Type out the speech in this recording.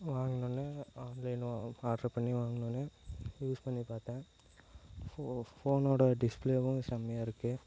வாங்கனோடனே ஆன்லைனோ இப்போ ஆர்டர் பண்ணி வாங்கனோடனே யூஸ் பண்ணி பார்த்தேன் ஃபோ ஃபோனோடய டிஸ்ப்ளேவும் செம்மையாக இருக்குது